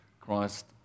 Christ